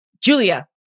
julia